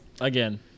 again